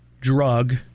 drug